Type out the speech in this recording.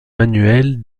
manuels